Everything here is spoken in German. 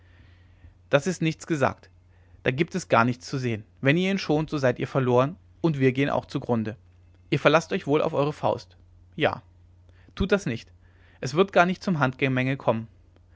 das ist nichts gesagt da gibt es gar nichts zu sehen wenn ihr ihn schont so seid ihr verloren und wir gehen auch zugrunde ihr verlaßt euch wohl auf eure faust ja das tut nicht ja nicht es wird gar nicht zum handgemenge kommen